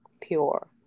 pure